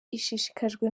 ishishikajwe